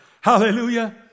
Hallelujah